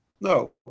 no